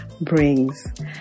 brings